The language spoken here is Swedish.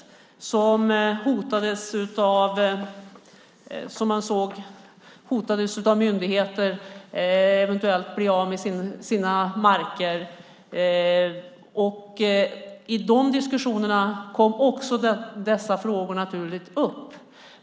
Klostret hotades av myndigheter och kunde eventuellt bli av med sina marker. I de diskussionerna kom också dessa frågor upp.